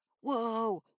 Whoa